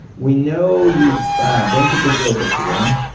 we know you've been to brazil before.